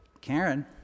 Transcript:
Karen